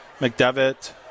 mcdevitt